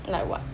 like what